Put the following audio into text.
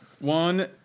One